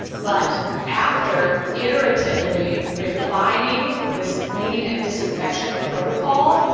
but after iteratively refining this cleaning and disinfection protocol,